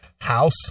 house